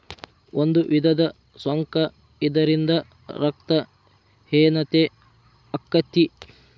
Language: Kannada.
ಒಂದು ವಿಧದ ಸೊಂಕ ಇದರಿಂದ ರಕ್ತ ಹೇನತೆ ಅಕ್ಕತಿ